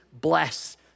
bless